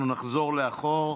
אנחנו נחזור לאחור: